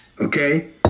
okay